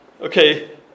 okay